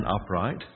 upright